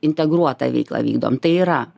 integruotą veiklą vykdom tai yra